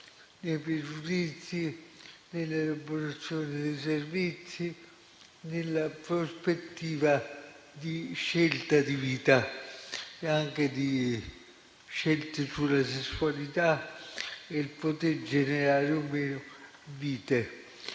nei pregiudizi, nell'elaborazione dei servizi e nella prospettiva di scelta di vita e anche di scelte sulla sessualità, come poter generare o no vite.